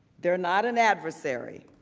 they are not an adversary.